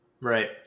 Right